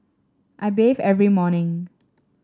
I bathe every morning